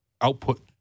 output